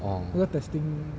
oh